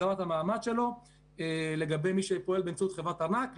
זה סיפור אחר לגמרי חברה כזאת או חברה אחרת.